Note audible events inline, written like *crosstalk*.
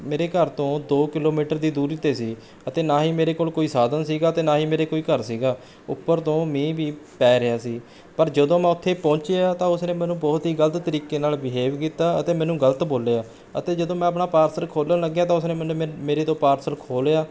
ਮੇਰੇ ਘਰ ਤੋਂ ਦੋ ਕਿਲੋਮੀਟਰ ਦੀ ਦੂਰੀ 'ਤੇ ਸੀ ਅਤੇ ਨਾ ਹੀ ਮੇਰੇ ਕੋਲ ਕੋਈ ਸਾਧਨ ਸੀ ਅਤੇ ਨਾ ਹੀ ਮੇਰੇ ਕੋਈ ਘਰ ਸੀ ਉਪਰ ਤੋਂ ਮੀਂਹ ਵੀ ਪੈ ਰਿਹਾ ਸੀ ਪਰ ਜਦੋਂ ਮੈਂ ਉੱਥੇ ਪਹੁੰਚਿਆ ਤਾਂ ਉਸਨੇ ਮੈਨੂੰ ਬਹੁਤ ਹੀ ਗਲਤ ਤਰੀਕੇ ਨਾਲ ਬੀਹੇਵ ਕੀਤਾ ਅਤੇ ਮੈਨੂੰ ਗਲਤ ਬੋਲਿਆ ਅਤੇ ਜਦੋਂ ਮੈਂ ਆਪਣਾ ਪਾਰਸਲ ਖੋਲ੍ਹਣ ਲੱਗਿਆ ਤਾਂ ਉਸਨੇ ਮੈਨੂੰ *unintelligible* ਮੇਰੇ ਤੋਂ ਪਾਰਸਲ ਖੋਹ ਲਿਆ